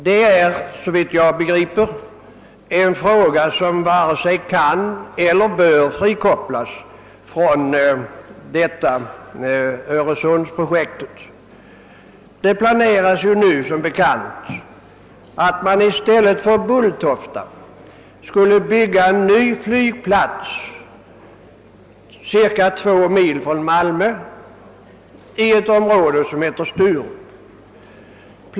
Det är, såvitt jag kan förstå, en fråga som varken kan eller bör frikopplas från öresundsprojektet. Det föreligger som bekant planer på att i stället för Bulltofta bygga en ny flygplats cirka 2 mil från Malmö i ett område som heter Sturup.